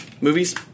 movies